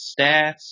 stats